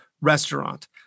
restaurant